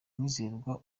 mwizerwa